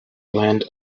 blend